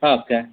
okay